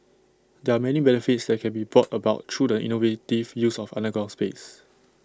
there are many benefits that can be brought about through the innovative use of underground space